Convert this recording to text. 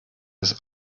das